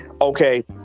Okay